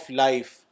life